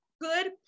good